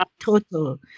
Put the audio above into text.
total